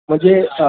म्हणजे